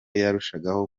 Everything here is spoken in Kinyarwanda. yarushagaho